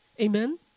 Amen